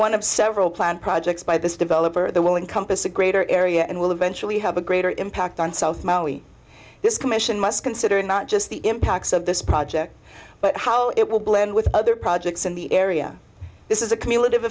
one of several planned projects by this developer the willing compass a greater area and will eventually have a greater impact on south maui this commission must consider not just the impacts of this project but how it will blend with other projects in the area this is a community of